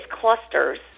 clusters